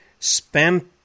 Spam